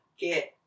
get